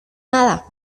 nada